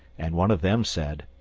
and one of them said,